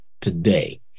today